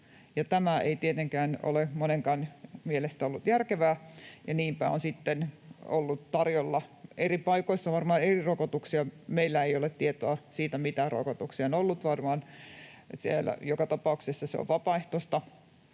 tämä ei tietenkään ole monenkaan mielestä ollut järkevää, ja niinpä on sitten ollut tarjolla eri paikoissa varmaan eri rokotuksia. Meillä ei ole tietoa siitä, mitä rokotuksia on ollut tarjolla. Joka tapauksessa on vapaaehtoista